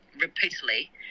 repeatedly